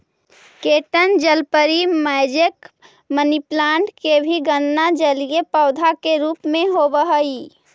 croton जलपरी, mosaic, money plant के भी गणना जलीय पौधा के रूप में होवऽ हइ